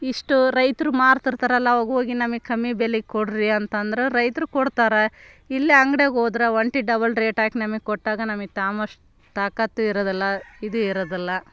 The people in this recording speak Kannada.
ಇಷ್ಟು ರೈತರು ಮಾರ್ತಿರ್ತಾರಲ್ಲ ಆವಾಗ ಹೋಗಿ ನಮಗೆ ಕಮ್ಮಿ ಬೆಲೆಗೆ ಕೊಡ್ರಿ ಅಂತಂದ್ರೆ ರೈತರು ಕೊಡ್ತಾರೆ ಇಲ್ಲಿ ಅಂಗಡ್ಯಾಗೆ ಹೋದ್ರೆ ಒಂಟಿ ಡಬ್ಬಲ್ ರೇಟ್ ಹಾಕಿ ನಿಮಗೆ ಕೊಟ್ಟಾಗ ನಮಗೆ ತೊಂಬಷ್ಟು ತಾಕತ್ತು ಇರೋದಿಲ್ಲ ಇದು ಇರೋದಿಲ್ಲ